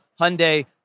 Hyundai